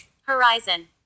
Horizon